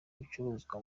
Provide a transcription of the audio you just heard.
ibicuruzwa